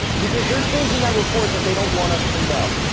because there's things in that report that they don't want us to know.